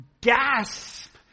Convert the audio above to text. gasp